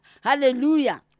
hallelujah